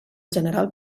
general